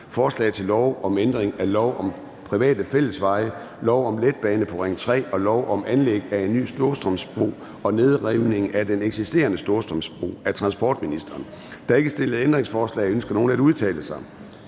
Forslag til lov om ændring af lov om private fællesveje, lov om letbane på Ring 3 og lov om anlæg af en ny Storstrømsbro og nedrivning af den eksisterende Storstrømsbro. (Etablering af en tilladelsesordning for ledninger, kabler og